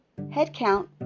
Headcount